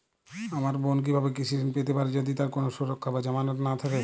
আমার বোন কীভাবে কৃষি ঋণ পেতে পারে যদি তার কোনো সুরক্ষা বা জামানত না থাকে?